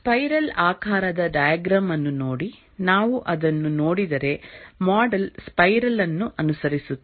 spiral ಆಕಾರದ diagram ಅನ್ನು ನೋಡಿ ನಾವು ಅದನ್ನು ನೋಡಿದರೆ ಮಾಡೆಲ್ ಸ್ಪೈರಲ್ ಅನ್ನು ಅನುಸರಿಸುತ್ತದೆ